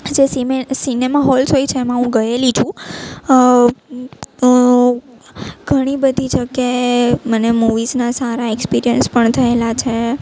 જે cinema halls હોય છે એમાં હું ગયેલી છું ઘણી બધી જગ્યાએ મને મુવીઝના સારા એક્સપિરિયન્સ પણ થયેલા છે